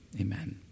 amen